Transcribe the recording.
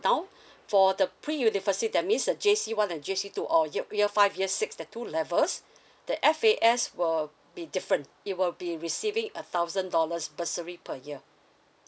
now for the pre university that means uh J_C one and J_C two or ye~ year five years six that two levels the F_A_S will be different it will be receiving a thousand dollars bursary per year